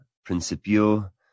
principio